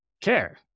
care